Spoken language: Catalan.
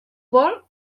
vol